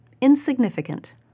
insignificant